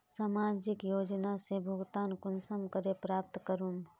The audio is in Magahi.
सामाजिक योजना से भुगतान कुंसम करे प्राप्त करूम?